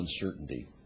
uncertainty